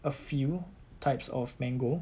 a few types of mango